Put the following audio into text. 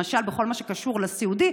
למשל בכל מה שקשור לסיעודי,